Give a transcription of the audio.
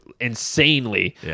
insanely